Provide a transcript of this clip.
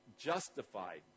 justified